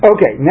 Okay